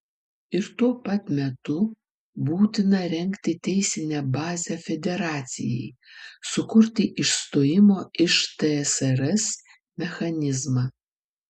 ir tuo pat metu būtina rengti teisinę bazę federacijai sukurti išstojimo iš tsrs mechanizmą